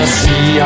see